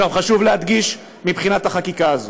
חשוב להדגיש, מבחינת החקיקה הזאת,